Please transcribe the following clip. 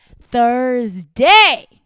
Thursday